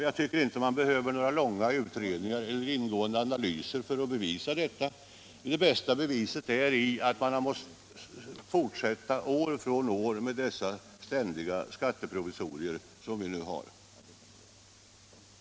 Jag tycker inte att man behöver några långa utredningar eller ingående analyser för att bevisa detta. Det bästa beviset är att de har måst fortsätta år efter år med dessa ständiga skatteprovisorier.